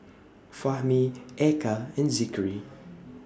Fahmi Eka and Zikri